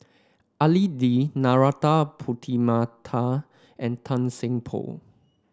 Al Dim Narana Putumaippittan and Tan Seng Poh